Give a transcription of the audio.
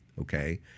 okay